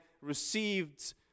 received